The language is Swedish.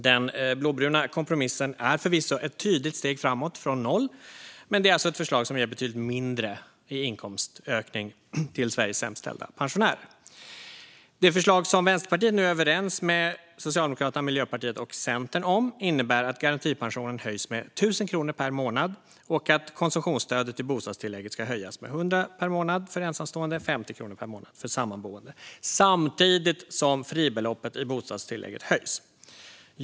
Den blåbruna kompromissen är förvisso ett tydligt steg framåt från noll, men det är alltså ett förslag som ger betydligt mindre i inkomstökning till Sveriges sämst ställda pensionärer. Det förslag som Vänsterpartiet nu är överens med Socialdemokraterna, Miljöpartiet och Centern om innebär att garantipensionen höjs med 1 000 kronor per månad och att konsumtionsstödet i bostadstillägget ska höjas med 100 kronor per månad för ensamstående och 50 kronor per månad för sammanboende, samtidigt som fribeloppet i bostadstillägget höjs.